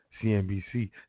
CNBC